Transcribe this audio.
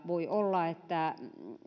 voi olla että